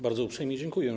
Bardzo uprzejmie dziękuję.